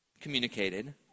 communicated